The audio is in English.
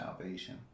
salvation